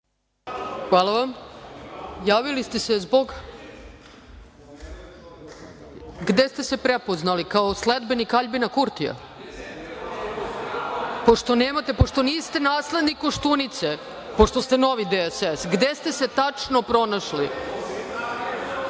Hvala vam. Javili ste se zbog? Gde ste se prepoznali, kao sledbenik Aljbina Kurtija? Pošto niste naslednik Koštunice, pošto ste novi DSS, gde se tačno pronašli? Pomenuli